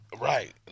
Right